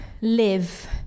live